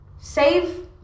save